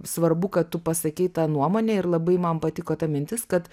svarbu kad tu pasakei tą nuomonę ir labai man patiko ta mintis kad